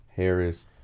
Harris